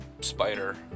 spider